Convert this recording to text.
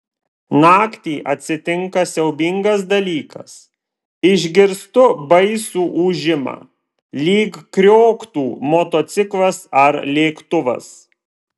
naktį atsitinka siaubingas dalykas išgirstu baisų ūžimą lyg krioktų motociklas ar lėktuvas